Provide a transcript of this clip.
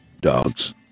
Dogs